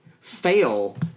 fail